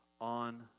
on